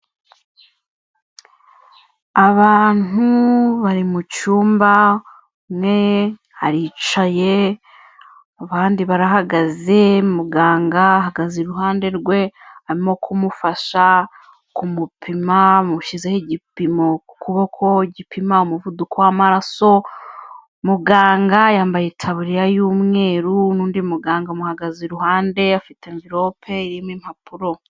Abantu bari mu cyumba umwe aricaye, abandi barahagaze, muganga ahagaze iruhande rwe arimo kumufasha kumupima amushyizeho igipimo ku kuboko gipima umuvuduko w'amaraso, muganga yambaye itaburiya y'umweru n'undi muganga amuhagaze iruhande afite amvirope irimo impapuro.